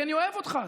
כי אני אוהב אותך,